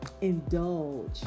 indulge